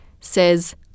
says